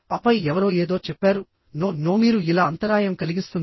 ఆపై ఎవరో ఏదో చెప్పారు నో నో మీరు ఇలా అంతరాయం కలిగిస్తుంది